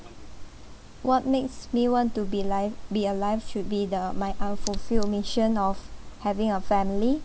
what makes me want to be life be alive should be the my unfulfilled mission of having a family